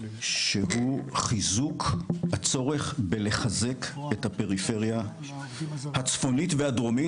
שהוא חיזוק הצורך בלחזק את הפריפריה הצפונית והדרומית.